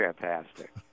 fantastic